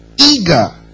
eager